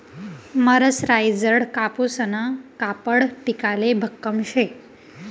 मरसराईजडं कापूसनं कापड टिकाले भक्कम शे